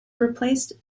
replaced